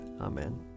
Amen